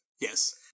Yes